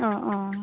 অঁ অঁ